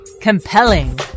Compelling